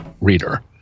reader